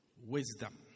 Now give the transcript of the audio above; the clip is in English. wisdom